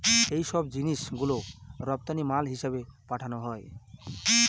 এইসব জিনিস গুলো রপ্তানি মাল হিসেবে পাঠানো হয়